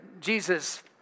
Jesus